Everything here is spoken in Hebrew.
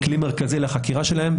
-- כלי מרכזי לחקירה שלהן,